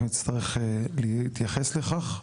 אנחנו נצטרך להתייחס לכך.